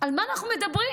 על מה אנחנו מדברים?